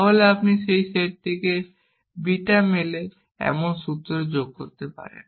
তাহলে আপনি সেটটিতে বিটা মেলে এমন সূত্র যোগ করতে পারেন